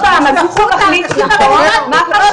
אז תפסיק לבלבל את